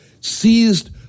Seized